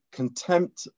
contempt